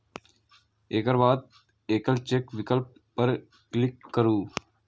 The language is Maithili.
एकर बाद एकल चेक विकल्प पर क्लिक करू